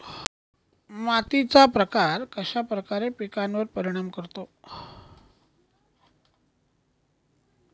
मातीचा प्रकार कश्याप्रकारे पिकांवर परिणाम करतो?